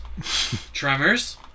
Tremors